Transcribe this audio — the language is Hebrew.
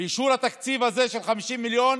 ואישור התקציב הזה של 50 מיליון